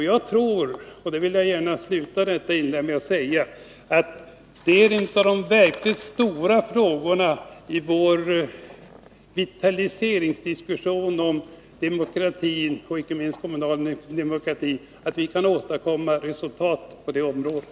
Jag vill gärna sluta detta inlägg med att säga att jag tror att en av de verkligt stora frågorna i vår diskussion när det gäller en vitalisering av demokratin, inte minst den kommunala demokratin, är hur vi skall kunna åstadkomma resultat på det området.